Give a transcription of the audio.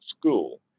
school